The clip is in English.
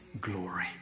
glory